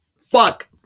Fuck